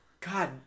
God